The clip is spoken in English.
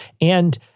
And-